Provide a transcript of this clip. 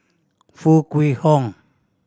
Foo Kwee Horng